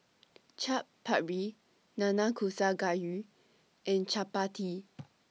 Chaat Papri Nanakusa Gayu and Chapati